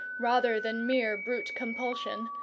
rather than mere brute compulsion,